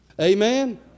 Amen